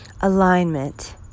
Alignment